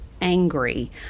angry